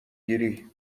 گیری